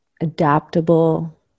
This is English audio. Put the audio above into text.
adaptable